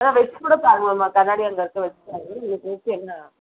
வேணுணா வச்சு கூட பாருங்கள் மேம் கண்ணாடி அங்கே இருக்குது வச்சு பாருங்கள் நீங்கள் ட்ரெஸ்ஸு என்ன